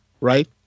right